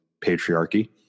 patriarchy